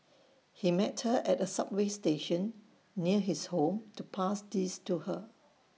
he met her at A subway station near his home to pass these to her